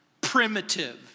primitive